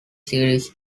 series